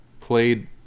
played